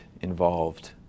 involved